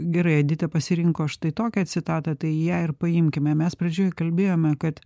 gerai edita pasirinko štai tokią citatą tai ją ir paimkime mes pradžioj kalbėjome kad